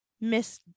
Miss